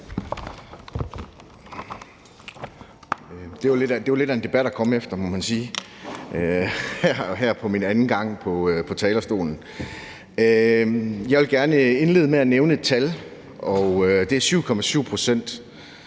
Det er lidt af en debat at komme efter her min anden gang på talerstolen, må man sige. Jeg vil gerne indlede med at nævne et tal, og det er 7,7 pct.